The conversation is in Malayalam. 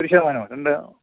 ഒരു ശതമാനോ രണ്ട്